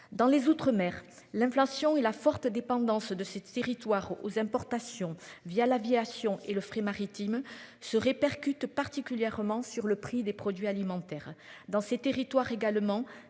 Dans les outre-mer l'inflation et la forte dépendance de ces territoires aux importations via l'aviation est le fruit maritime se répercute particulièrement sur le prix des produits alimentaires dans ces territoires également